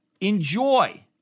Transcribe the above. enjoy